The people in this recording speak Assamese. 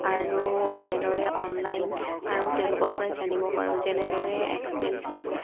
আৰু এনেদৰে অনলাইন আৰু তেওঁলোকৰ পৰা জানিব পাৰোঁ যেনেদৰে এক্সপেনছিভ